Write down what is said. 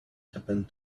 happened